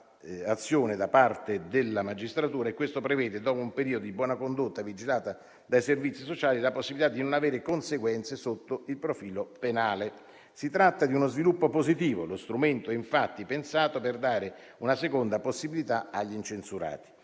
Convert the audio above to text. una nuova azione da parte della magistratura e questo prevede, dopo un periodo di buona condotta vigilata dai servizi sociali, la possibilità di non avere conseguenze sotto il profilo penale. Si tratta di uno sviluppo positivo. Lo strumento, infatti, è pensato per dare una seconda possibilità agli incensurati.